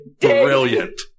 Brilliant